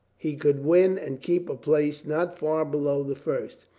he could win and keep a place not far below the first.